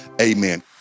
Amen